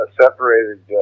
separated